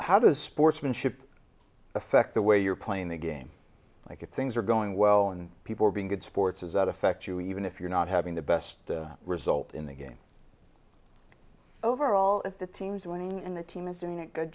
how does sportsmanship affect the way you're playing the game like it things are going well and people are being good sports is out affect you even if you're not having the best result in the game overall if the team's winning in the team is doing a good